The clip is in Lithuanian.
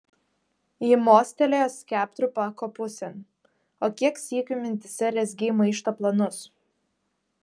ji mostelėjo skeptru pako pusėn o kiek sykių mintyse rezgei maišto planus